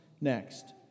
next